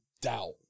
doubt